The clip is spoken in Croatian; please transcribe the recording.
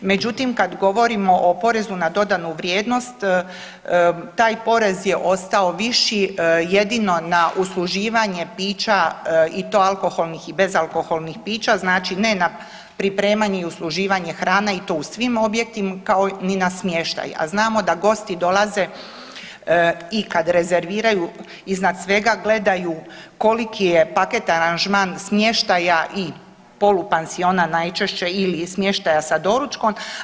Međutim, kad govorimo o porezu na dodanu vrijednost taj porez je ostao viši jedino na usluživanje pića i to alkoholnih i bezalkoholnih pića znači ne na pripremanje i usluživanje hrane i to u svim objektima kao ni na smještaj, a znamo da gosti dolaze i kad rezerviraju iznad svega gledaju koliki je paket aranžman smještaja i polupansiona najčešće ili smještaja sa doručkom.